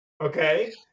okay